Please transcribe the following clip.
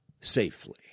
safely